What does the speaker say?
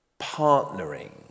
partnering